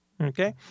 okay